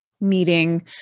meeting